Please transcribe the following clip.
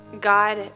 God